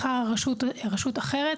מחר רשות אחרת,